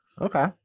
Okay